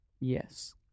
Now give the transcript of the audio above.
Yes